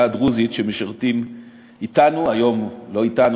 הדרוזית שמשרתים אתנו היום לא אתנו,